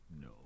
No